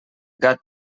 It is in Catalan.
gat